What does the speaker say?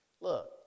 Look